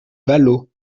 vallaud